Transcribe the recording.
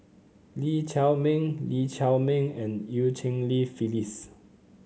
Lee Chiaw Meng Lee Chiaw Meng and Eu Cheng Li Phyllis